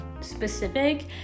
specific